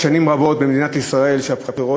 שנים רבות במדינת ישראל שבהן הבחירות